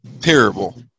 Terrible